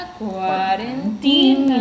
quarantine